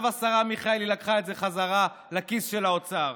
השרה מיכאלי לקחה את זה בחזרה לכיס של האוצר,